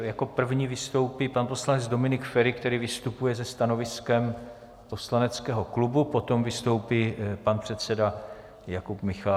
Jako první vystoupí pan poslanec Dominik Feri, který vystupuje se stanoviskem poslaneckého klubu, potom vystoupí pan předseda Jakub Michálek.